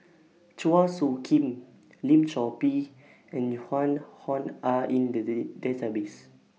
Chua Soo Khim Lim Chor Pee and Joan Hon Are in The Day Database